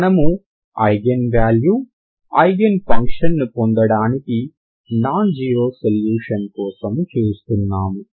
మనము eigen value eigen ఫంక్షన్ని పొందడానికి నాన్ జీరో సొల్యూషన్ కోసం చూస్తున్నాము